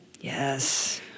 Yes